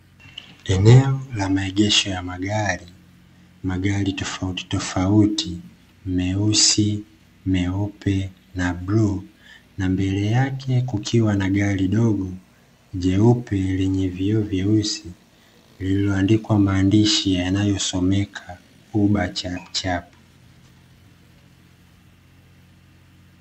Eneo la maegesho ya magari. Magari tofauti tofauti, meusi, meupe na bluu. Na mbele yake kukiwa na gari dogo, jeupe lenye vioo vyeusi, lililoandikwa maandishi yanayosomeka, "Uba chapchap".